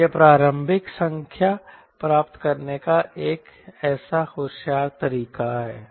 तो यह प्रारंभिक संख्या प्राप्त करने का एक ऐसा होशियार तरीका है